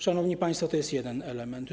Szanowni państwo, to jest jeden element.